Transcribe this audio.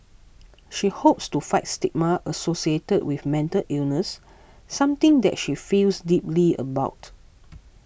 she hopes to fight stigma associated with mental illness something that she feels deeply about